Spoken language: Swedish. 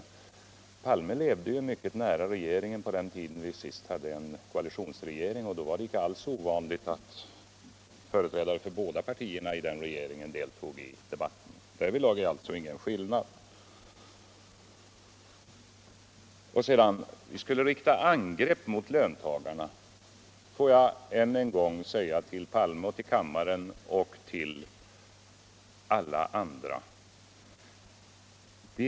Herr Palme levde ju mycket nära regeringen på den tiden vi senast hade en koalitionsregering, och då var det inte alls ovanligt att företrädare för båda partierna I den regeringen deltog i debatien. Därvidlag är det alltså ingen skillnad. Vi skulle enligt herr Palme rikta angrepp mot föntagarna. Får jag än en gäng till herr Palme. ull kammaren och till alla andra säga följande.